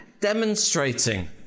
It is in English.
demonstrating